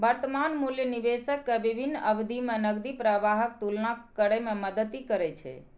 वर्तमान मूल्य निवेशक कें विभिन्न अवधि मे नकदी प्रवाहक तुलना करै मे मदति करै छै